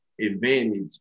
advantage